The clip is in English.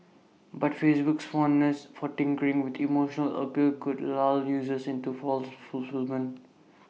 but Facebook's fondness for tinkering with emotional appeal could lull users into false fulfilment